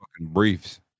briefs